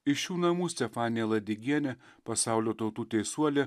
iš šių namų stefanija ladigienė pasaulio tautų teisuolė